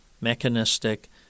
mechanistic